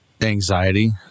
anxiety